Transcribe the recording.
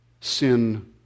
sin